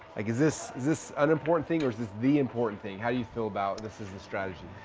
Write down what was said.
like is this this an important thing, or is this the important thing? how you feel about this is the strategy?